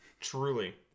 Truly